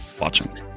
watching